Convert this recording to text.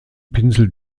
pinsel